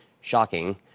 Shocking